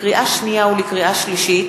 לקריאה שנייה ולקריאה שלישית: